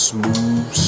Smooth